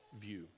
view